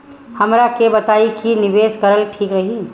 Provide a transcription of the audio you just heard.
हमरा के बताई की निवेश करल ठीक रही?